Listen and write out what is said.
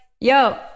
yo